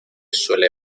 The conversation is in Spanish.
suele